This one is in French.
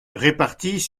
réparties